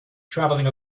traveling